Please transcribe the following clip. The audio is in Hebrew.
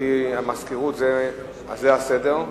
לפי המזכירות זה הסדר: